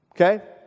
Okay